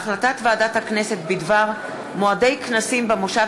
החלטת ועדת הכנסת בדבר מועדי הכנסים במושב